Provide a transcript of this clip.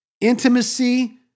Intimacy